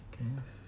can